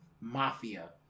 mafia